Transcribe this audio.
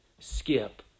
skip